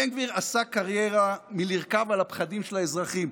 בן גביר עשה קריירה מלרכוב על הפחדים של האזרחים.